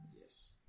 Yes